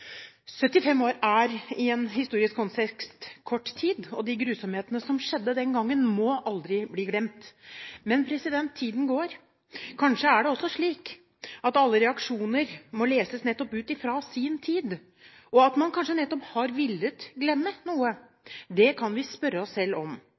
75 år er i en historisk kontekst kort tid, og de grusomhetene som skjedde den gangen, må aldri bli glemt. Men tiden går. Kanskje er det også slik at alle reaksjoner må leses nettopp ut fra sin tid, og at man kanskje nettopp har villet glemme noe. Det kan vi spørre oss selv om.